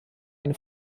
eine